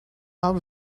out